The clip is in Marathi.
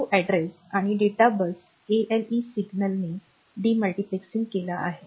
तो अड्रेस आणि डेटा बस एएलई सिंगलने डी मल्टिप्लेक्सिंग केला आहे